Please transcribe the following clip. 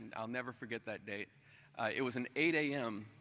and i'll never forget that day it was an eight a m,